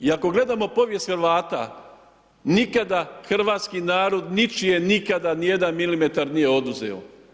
I ako gledamo povijest Hrvata, nikada hrvatski narod ničije nikada, nijedan milimetar nije oduzeo.